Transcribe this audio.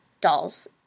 dolls